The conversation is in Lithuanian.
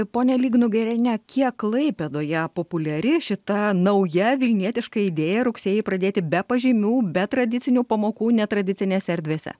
pone lygnugariene kiek klaipėdoje populiari šita nauja vilnietiška idėja rugsėjį pradėti be pažymių be tradicinių pamokų netradicinėse erdvėse